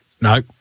No